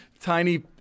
tiny